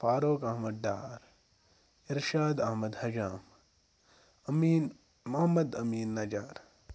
Farooq Ahmad Dar Irshad Ahmad Hajam Ameen Mohammad Ameen Najar